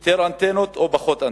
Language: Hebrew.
יותר אנטנות או פחות אנטנות?